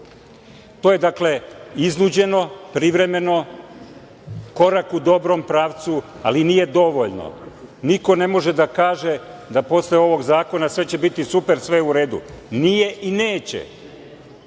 To je, dakle, iznuđeno, privremeno, korak u dobrom pravcu, ali nije dovoljno. Niko ne može da kaže da posle ovog zakona sve će biti super, sve je u redu. Nije i neće,